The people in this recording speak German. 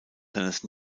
seines